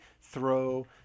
throw